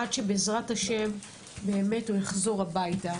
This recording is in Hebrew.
עד שבעזרת השם הוא באמת יחזור הביתה.